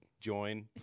join